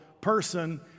person